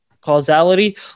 causality